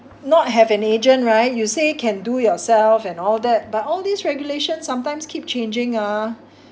not have an agent right you say can do yourself and all that but all these regulations sometimes keep changing ah